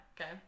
Okay